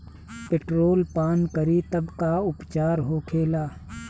Petrol पान करी तब का उपचार होखेला?